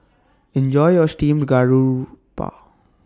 Enjoy your Steamed Garoupa